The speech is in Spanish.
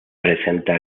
presenta